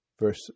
verse